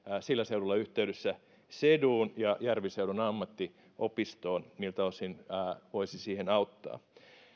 sillä seudulla yhteydessä seduun ja järviseudun ammattiopistoon miltä osin siihen voisi auttaa